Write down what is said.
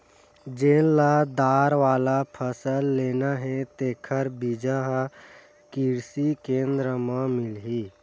जेन ल दार वाला फसल लेना हे तेखर बीजा ह किरसी केंद्र म मिलही